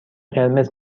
قرمز